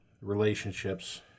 relationships